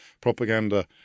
propaganda